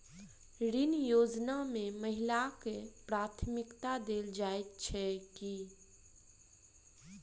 ऋण योजना मे महिलाकेँ प्राथमिकता देल जाइत छैक की?